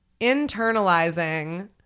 internalizing